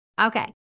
Okay